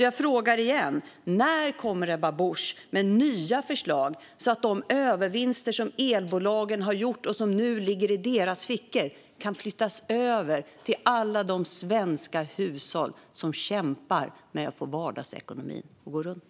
Jag frågar igen: När kommer Ebba Busch med nya förslag som gör att de övervinster som elbolagen har gjort och som nu ligger i deras fickor kan flyttas över till alla de svenska hushåll som kämpar med att få vardagsekonomin att gå runt?